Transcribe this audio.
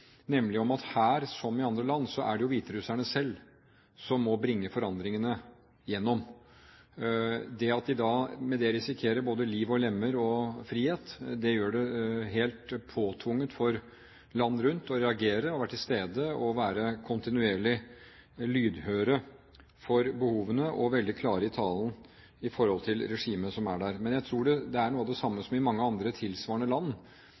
at her som i andre land er det hviterusserne selv som må bringe forandringene gjennom. At de med det risikerer både liv og lemmer og frihet, gjør det helt påtvunget for land rundt å reagere og være til stede og være kontinuerlig lydhøre for behovene og veldig klare i talen i forhold til regimet som er der. Jeg tror – det er noe av det samme som i mange andre, tilsvarende land